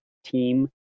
team